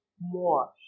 more